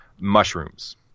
Mushrooms